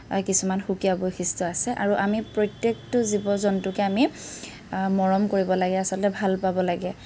কিছুমান সুকীয়া বৈশিষ্ট্য় আছে আৰু আমি প্ৰত্য়েকটো জীৱ জন্তুকে আমি মৰম কৰিব লাগে আচলতে ভাল পাব লাগে